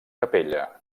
capella